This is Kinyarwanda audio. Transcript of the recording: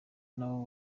nabo